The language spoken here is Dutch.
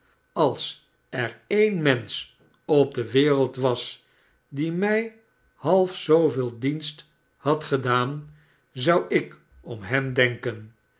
als er een mensch op de wereld was die mij half zooveel dienst had gedaan zou ik om hem denken